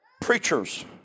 preachers